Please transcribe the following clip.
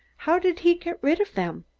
how did he get rid of them?